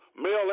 male